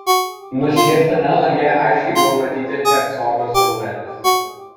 nušviestame lange aiškiai buvo matyti hercogo siluetas